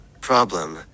problem